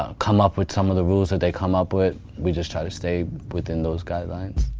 ah come up with some of the rules that they come up with. we just try to stay within those guidelines.